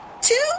two